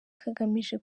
kagamije